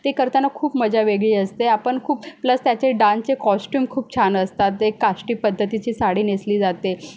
ते करताना खूप मजा वेगळी असते आपण खूप प्लस त्याचे डांचे कॉस्ट्यूम खूप छान असतात ते काष्टी पद्धतीची साडी नेसली जाते